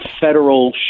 federal